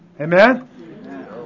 Amen